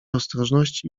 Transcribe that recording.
ostrożności